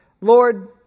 Lord